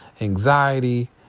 anxiety